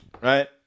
right